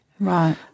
Right